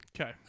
Okay